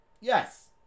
Yes